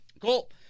Cool